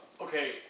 okay